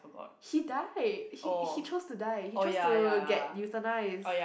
he died he he chose to die he chose to get euthanised